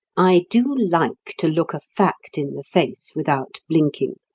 i do like to look a fact in the face without blinking.